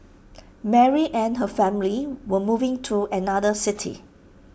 Mary and her family were moving to another city